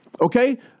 okay